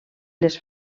les